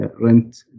rent